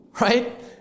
Right